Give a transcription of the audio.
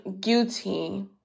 guilty